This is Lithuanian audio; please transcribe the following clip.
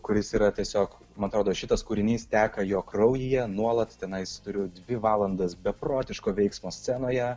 kuris yra tiesiog man atrodo šitas kūrinys teka jo kraujyje nuolat tenais turiu dvi valandas beprotiško veiksmo scenoje